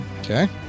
Okay